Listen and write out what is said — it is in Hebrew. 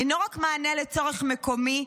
אינו רק מענה לצורך מקומי,